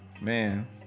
Man